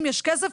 ואם יש כסף,